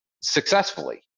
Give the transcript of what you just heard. successfully